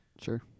Sure